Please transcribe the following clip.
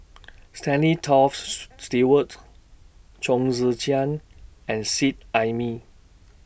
Stanley Toft Stewart Chong Tze Chien and Seet Ai Mee